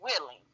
willing